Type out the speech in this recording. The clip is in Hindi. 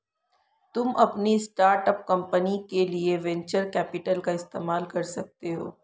तुम अपनी स्टार्ट अप कंपनी के लिए वेन्चर कैपिटल का इस्तेमाल कर सकते हो